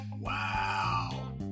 Wow